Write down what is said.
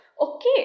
okay